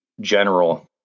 general